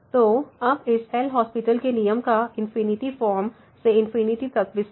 तो अब इस एल हास्पिटल LHospital के नियम का इनफिनिटी फॉर्म से इनफिनिटी तक विस्तार